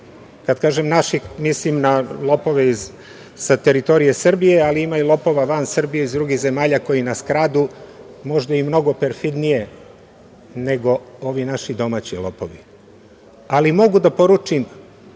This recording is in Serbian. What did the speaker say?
Kada kažem naših, mislim na lopove sa teritorije Srbije, ali ima i lopova van Srbije iz drugih zemalja koji nas kradu možda i mnogo perfidnije nego ovi naši domaći lopovi. Ali mogu poručim